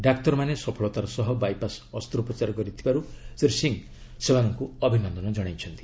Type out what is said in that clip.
ଡାକ୍ତରମାନେ ସଫଳତାର ସହ ବାଇପାସ୍ ଅସ୍ତ୍ରୋପ୍ରଚାର କରିଥିବାରୁ ଶ୍ରୀ ସିଂହ ସେମାନଙ୍କୁ ଅଭିନନ୍ଦନ ଜଣାଇଛନ୍ତି